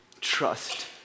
trust